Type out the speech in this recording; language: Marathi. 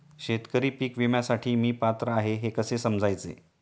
शेतकरी पीक विम्यासाठी मी पात्र आहे हे कसे समजायचे?